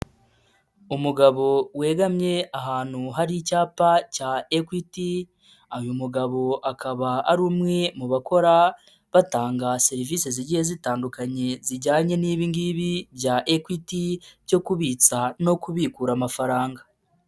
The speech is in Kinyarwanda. Umugabo wegamyeye ahantu hari icyapa cya Equit, uyu mugabo akaba ari umwe mu bakora batanga serivisi zigiye zitandukanye zijyanye n'ibingibi bya Equit cyo kubitsa no kubikura amafaranga.